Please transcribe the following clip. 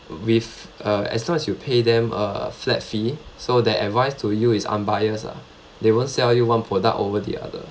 with uh as long as you pay them a flat fee so their advice to you is unbiased ah they won't sell you one product over the other